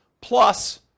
plus